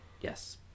Yes